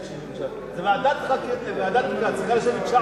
גיל 93. ועדת בדיקה צריכה לשבת שעות.